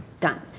done.